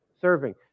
Serving